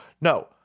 no